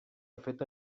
feta